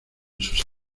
sus